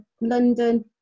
London